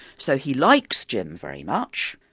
so he likes jim very much,